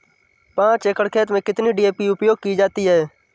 पाँच एकड़ खेत में कितनी डी.ए.पी उपयोग की जाती है?